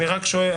אני רק שואל,